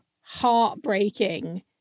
heartbreaking